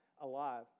alive